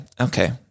okay